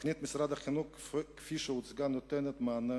תוכנית משרד החינוך כפי שהוצגה נותנת מענה